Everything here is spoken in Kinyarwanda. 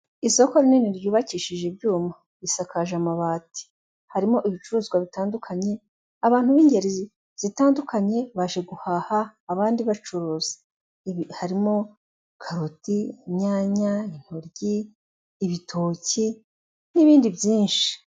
Isoko rinini ryubakishije ibyuma risakaje amabati, harimo ibicuruzwa bitandukanye abantu b'ingeri zitandukanye baje guhaha abandi bacuruza, harimo karoti, inyanya, intoryi, ibitoki n'ibindi byinshi.